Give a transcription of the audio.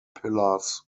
pillars